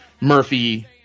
Murphy